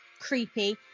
creepy